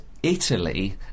Italy